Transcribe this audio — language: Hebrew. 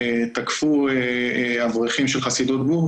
כשהייתי ראש עיר נתתי כמעט 300 הקצאות לכל מיני מגזרים.